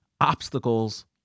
obstacles